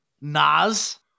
Nas